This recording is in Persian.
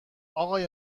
آقای